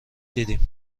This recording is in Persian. دیدیم